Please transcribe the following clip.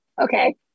Okay